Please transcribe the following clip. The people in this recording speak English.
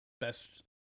best